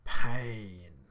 pain